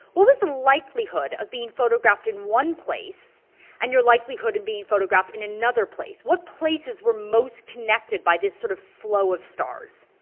what was the likelihood of being photographed in one place and your likelihood of being photographed in another place? what places were most connected by this sort of flow of stars?